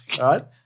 right